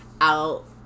Out